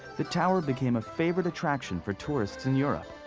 the tower became a favorite attraction for tourists in europe.